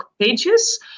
pages